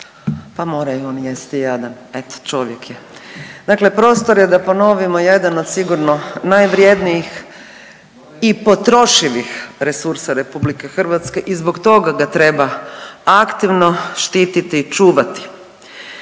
Pa i mora i on jesti, jadan, eto, čovjek je. Dakle prostor je, da ponovimo, jedan od sigurno najvrjednijih i potrošivih resursa RH i zbog toga ga treba aktivno štititi i čuvati.